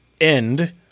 end